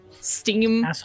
steam